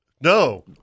No